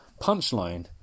punchline